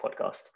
Podcast